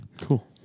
Cool